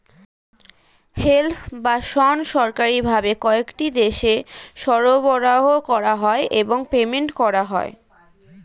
hemp বা শণ সরকারি ভাবে কয়েকটি দেশে সরবরাহ করা হয় এবং পেটেন্ট করা হয়